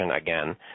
again